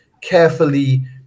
carefully